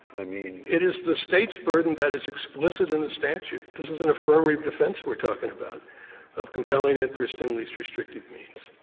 i mean laycock it is the state's burden that is explicit in the statute. this is an affirmative defense we're talking about of compelling interest in least restrictive means.